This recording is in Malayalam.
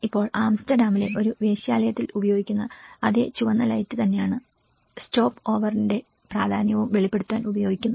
ഇപ്പോൾ ആംസ്റ്റർഡാമിലെ ഒരു വേശ്യാലയത്തിൽ ഉപയോഗിക്കുന്ന അതേ ചുവന്ന ലൈറ്റ് തന്നെയാണ് സ്റ്റോപ്പ് ഓവറിന്റെ പ്രാധാന്യവും വെളിപ്പെടുത്താൻ ഉപയോഗിക്കുന്നത്